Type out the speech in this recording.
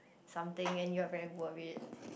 something and you are very worried